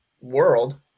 world